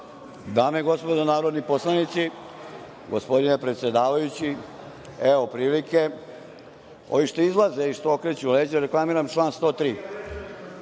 Dame i gospodo narodni poslanici, gospodine predsedavajući, evo prilike, ovi što izlaze i što okreću leđa, reklamiram član 103,